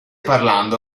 parlando